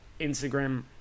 instagram